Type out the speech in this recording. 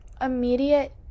immediate